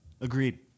Agreed